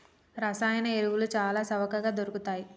రసాయన ఎరువులు చాల చవకగ దొరుకుతయ్